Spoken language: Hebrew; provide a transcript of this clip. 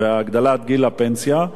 והעלאת גיל הפנסיה,